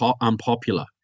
unpopular